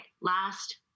last